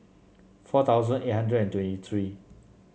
four thousand eight hundred twenty three